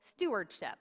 stewardship